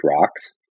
rocks